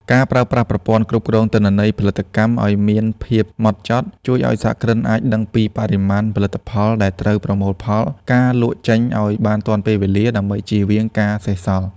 ការប្រើប្រាស់ប្រព័ន្ធគ្រប់គ្រងទិន្នន័យផលិតកម្មឱ្យមានភាពហ្មត់ចត់ ជួយឱ្យសហគ្រិនអាចដឹងពីបរិមាណផលផលិតដែលត្រូវប្រមូលផល និងការលក់ចេញឱ្យបានទាន់ពេលវេលាដើម្បីជៀសវាងការសេសសល់។